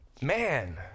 man